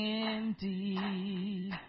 indeed